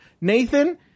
Nathan